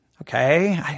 Okay